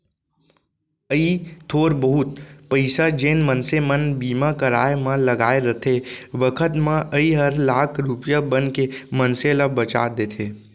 अइ थोर बहुत पइसा जेन मनसे मन बीमा कराय म लगाय रथें बखत म अइ हर लाख रूपया बनके मनसे ल बचा देथे